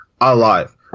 alive